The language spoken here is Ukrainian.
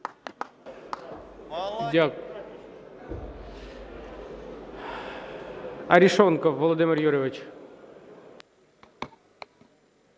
Дякую. Арешонков Володимир Юрійович.